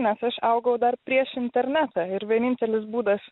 nes aš augau dar prieš internetą ir vienintelis būdas